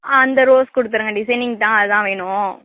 ஆ அந்த ரோஸ் கொடுத்துருங்க டிசைனிங் தான் அது தான் வேணும்